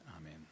Amen